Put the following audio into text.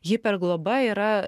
hiper globa yra